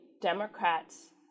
Democrats